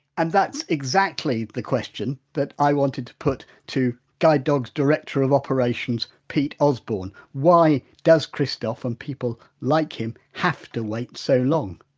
and that's exactly the question that i wanted to put to guide dogs director of operations pete osborne why does christophe and people like him have to wait so long?